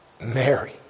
Mary